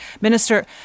Minister